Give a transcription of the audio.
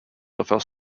refers